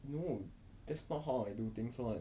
no that's not how I do things one